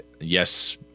yes